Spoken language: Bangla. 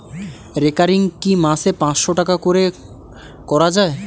রেকারিং কি মাসে পাঁচশ টাকা করে করা যায়?